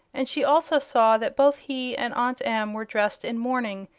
and she also saw that both he and aunt em were dressed in mourning,